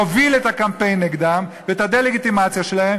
והוא הוביל את הקמפיין נגדם ואת הדה-לגיטימציה שלהם,